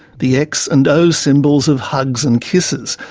the x and o symbols of hugs and kisses,